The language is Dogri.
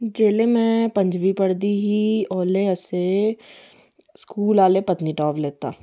जिसलै में पंञमीं पढ़दी ही स्कूल आह्ले असें गी पत्निटॉप लैता